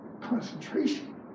Concentration